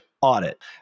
audit